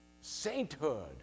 sainthood